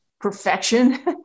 perfection